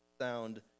sound